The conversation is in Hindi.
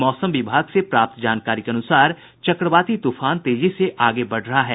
मौसम विभाग से प्राप्त जानकारी के अनुसार चक्रवाती तूफान तेजी से आगे बढ़ रहा है